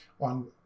on